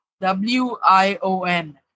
W-I-O-N